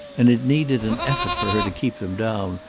and it needed an effort for her to keep them down,